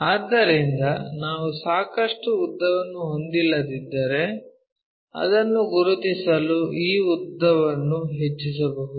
ಆದ್ದರಿಂದ ನಾವು ಸಾಕಷ್ಟು ಉದ್ದವನ್ನು ಹೊಂದಿಲ್ಲದಿದ್ದರೆ ಅದನ್ನು ಗುರುತಿಸಲು ಈ ಉದ್ದವನ್ನು ಹೆಚ್ಚಿಸಬಹುದು